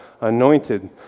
anointed